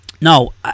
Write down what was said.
No